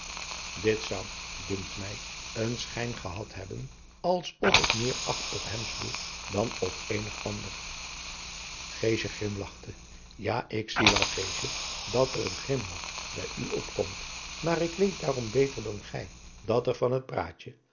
dit zou dunkt mij een schijn gehad hebben als of ik meer acht op hem sloeg dan op eenig ander geesje grimlachte ja ik zie wel geesje dat er een grimlach bij u opkomt maar ik weet daarom beter dan gij dat er van het praatje